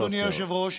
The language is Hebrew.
אדוני היושב-ראש,